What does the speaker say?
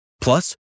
Plus